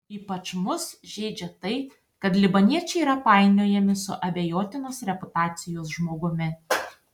ypač mus žeidžia tai kad libaniečiai yra painiojami su abejotinos reputacijos žmogumi